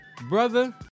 Brother